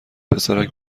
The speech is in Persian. پسرک